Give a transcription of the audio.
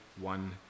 one